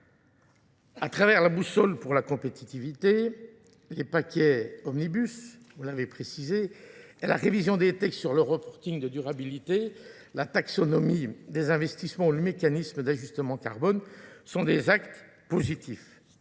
à travers la boussole pour la compétitivité, les paquets Omnibus, vous l'avez précisé, et la révision des tests sur le reporting de durabilité, la taxonomie des investissements ou le mécanisme d'ajustement carbone sont des actes positifs.